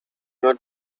not